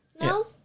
No